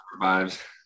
vibes